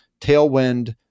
Tailwind